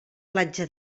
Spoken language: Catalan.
platja